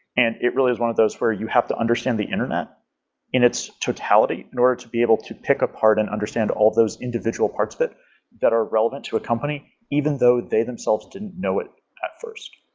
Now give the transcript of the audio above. and it really is one of those where you have to understand the internet in its totality in order to be able to pick a part and understand all those individual parts a bit that are relevant to a company, even though they themselves didn't know it at first